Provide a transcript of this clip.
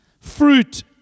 Fruit